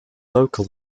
local